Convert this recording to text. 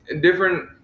different